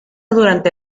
durante